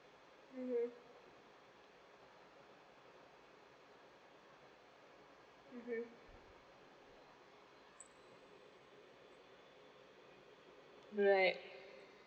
mm mmhmm right